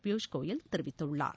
பியூஷ் கோயல் தெரிவித்துள்ளார்